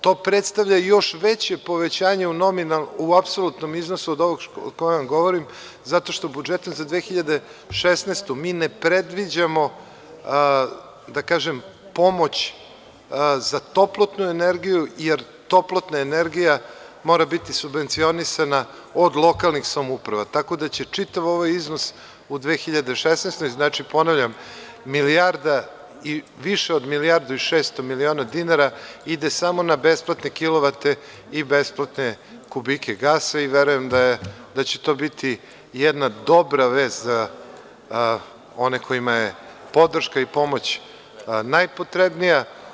To predstavlja još veće povećanje u apsolutnom iznosu od ovog o kome vam govorim zato što budžetom za 2016. godinu mi ne predviđamo, da kažem, pomoć za toplotnu energiju, jer toplotna energija mora biti subvencionisana od lokalnih samouprava, tako da će čitav ovaj iznos u 2016. godini, znači, ponavljam, milijarda, više od milijardu i 600 miliona dinara ide samo na besplatne kilovate i besplatne kubike gasa i verujem da će to biti jedna dobra vest za one kojima je podrška i pomoć najpotrebnija.